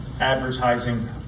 Advertising